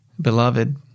Beloved